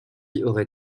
aurait